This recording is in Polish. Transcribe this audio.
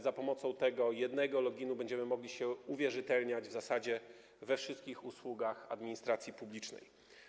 Za pomocą tego jednego loginu będziemy mogli się uwierzytelniać w zasadzie we wszystkich usługach administracji publicznej.